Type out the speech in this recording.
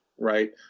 Right